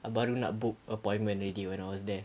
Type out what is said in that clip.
baru nak book appointment already when I was there